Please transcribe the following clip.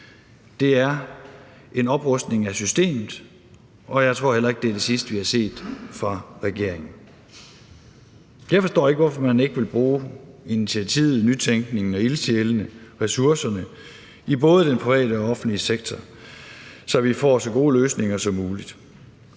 Det er en oprustning af systemet, og jeg tror heller ikke, det er det sidste, vi har set fra regeringen. Så jeg forstår ikke, hvorfor man ikke vil bruge initiativet og nytænkningen og ildsjælene og ressourcerne i både den private og offentlige sektor, så vi får så gode løsninger som muligt.